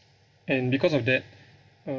and because of that uh